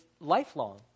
lifelong